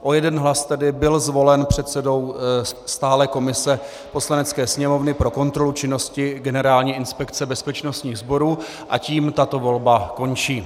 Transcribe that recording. O jeden hlas tedy byl zvolen předsedou stálé komise Poslanecké sněmovny pro kontrolu činnosti Generální inspekce bezpečnostních sborů a tím tato volba končí.